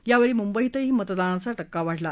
यावेळी मुंबईतही मतदानाचा टक्का वाढला